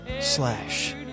Slash